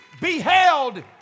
beheld